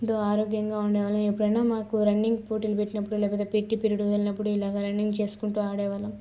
ఎంతో ఆరోగ్యంగా ఉండేవాళ్ళం ఎప్పుడన్నా మాకు రన్నింగ్ పోటీలు పెట్టినప్పుడు లేకపోతే పీటీ పీరియడ్ వెళ్ళినప్పుడు ఇలాగ రన్నింగ్ చేసుకుంటు ఆడేవాళ్ళం